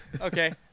Okay